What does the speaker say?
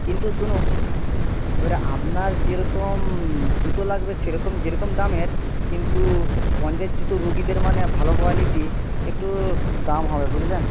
কিন্তু শুনুন এবারে আপনার যেরকম জুতো লাগবে সেরকম যেরকম দামের কিন্তু স্পঞ্জের জুতো রোগীদের মানে ভালো কোয়ালিটি একটু দাম হবে বুঝলেন